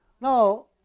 now